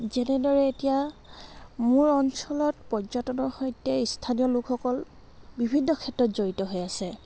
যেনেদৰে এতিয়া মোৰ অঞ্চলত পৰ্যটনৰ সৈতে স্থানীয় লোকসকল বিভিন্ন ক্ষেত্ৰত জড়িত হৈ আছে